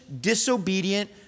disobedient